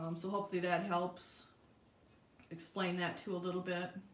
um so hopefully that helps explain that to a little bit